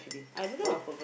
I don't know